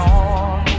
on